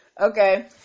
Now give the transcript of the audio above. Okay